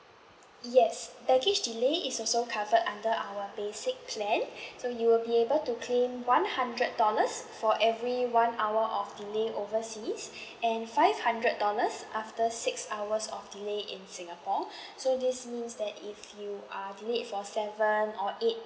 yes baggage delay is also covered under our basic plan so you will be able to claim one hundred dollars for every one hour of delay overseas and five hundred dollars after six hours of delay in singapore so this means that if you are delayed for seven or eight